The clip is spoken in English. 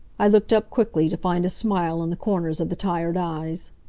i looked up quickly, to find a smile in the corners of the tired eyes.